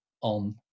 on